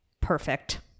perfect